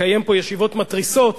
לקיים פה ישיבות מתריסות